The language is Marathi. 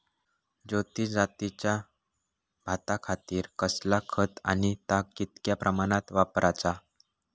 ज्योती जातीच्या भाताखातीर कसला खत आणि ता कितक्या प्रमाणात वापराचा?